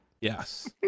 Yes